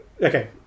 okay